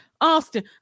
Austin